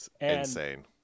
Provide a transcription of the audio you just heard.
Insane